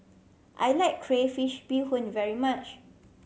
I like crayfish beehoon very much